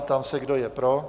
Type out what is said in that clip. Ptám se, kdo je pro.